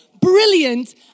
brilliant